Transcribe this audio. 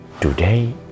today